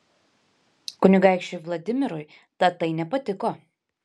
kunigaikščiui vladimirui tatai nepatiko